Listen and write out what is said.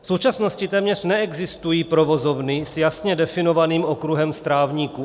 V současnosti téměř neexistují provozovny s jasně definovaným okruhem strávníků.